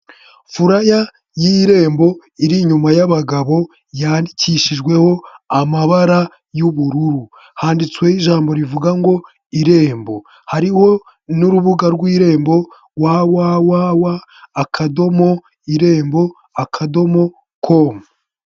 Fulaya y'irembo iri inyuma y'abagabo yandikishijweho amabara y'ubururu, handitsweho ijambo rivuga ngo irembo, hariho n'urubuga rw'irembo www.irembo.com.